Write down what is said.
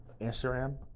Instagram